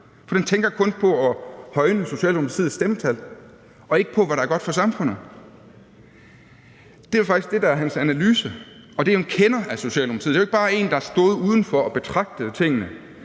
for den tænker kun på at højne Socialdemokratiets stemmetal og ikke på, hvad der er godt for samfundet. Det er faktisk det, der er hans analyse. Det er jo en kender af Socialdemokratiet. Det er ikke bare en, der har stået udenfor og betragtet tingene.